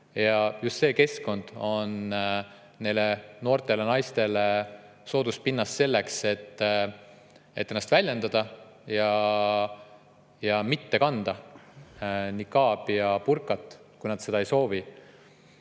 ja just see keskkond on neile noortele naistele soodne pinnas selleks, et ennast väljendada ja mitte kanda nikaabi ja burkat, kui nad seda ei soovi.